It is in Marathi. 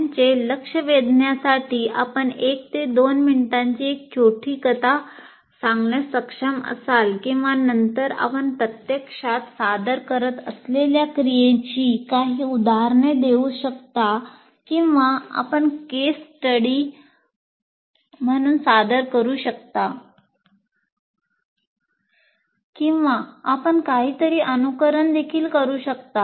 त्यांचे लक्ष वेधण्यासाठी आपण 1 2 मिनिटांची एक छोटी कथा सांगण्यास सक्षम असाल किंवा नंतर आपण प्रत्यक्षात सादर करत असलेल्या क्रियेची काही उदाहरणे देऊ शकता किंवा आपण केस स्टडी म्हणून सादर करू शकता किंवा आपण काहीतरी अनुकरण देखील करू शकता